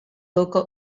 local